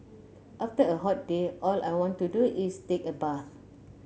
after a hot day all I want to do is take a bath